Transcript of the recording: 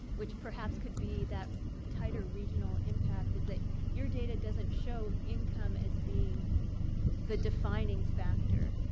which, perhaps, could be that tighter regional impact, is that your data doesn't show income as being the defining factor.